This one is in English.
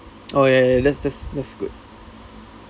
oh ya ya ya that's that's that's good